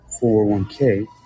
401k